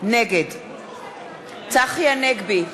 נגד צחי הנגבי,